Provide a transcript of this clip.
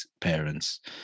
parents